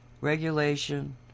regulation